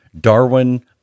Darwin